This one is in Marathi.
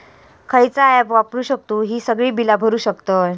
खयचा ऍप वापरू शकतू ही सगळी बीला भरु शकतय?